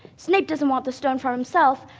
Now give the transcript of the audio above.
snape doesn't want the stone for himself.